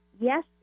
yes